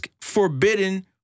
forbidden